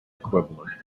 equivalent